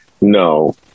no